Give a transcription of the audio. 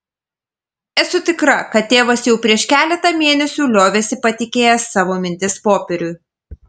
esu tikra kad tėvas jau prieš keletą mėnesių liovėsi patikėjęs savo mintis popieriui